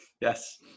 Yes